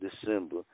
December